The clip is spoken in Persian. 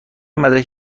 مدرک